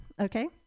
okay